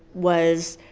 was